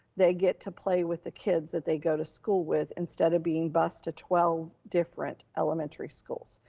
they get to play with the kids that they go to school with instead of being bused to twelve different elementary schools.